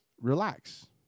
relax